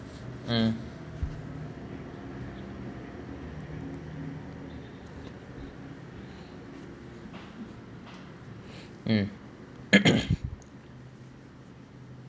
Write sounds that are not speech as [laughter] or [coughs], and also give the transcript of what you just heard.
mm mm [coughs]